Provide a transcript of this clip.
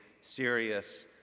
serious